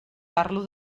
parlo